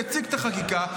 שהציג את החקיקה,